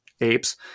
apes